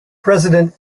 president